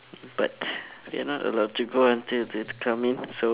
but we're not allowed to go until they come in so